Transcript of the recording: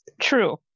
True